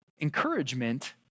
encouragement